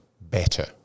better